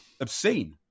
obscene